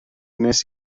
wnes